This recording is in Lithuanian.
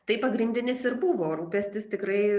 tai pagrindinis ir buvo rūpestis tikrai